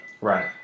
Right